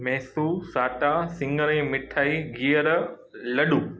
मेसू साटा सिंङर जी मिठाई गीहर लॾूं